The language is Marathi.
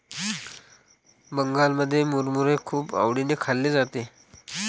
बंगालमध्ये मुरमुरे खूप आवडीने खाल्ले जाते